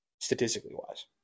statistically-wise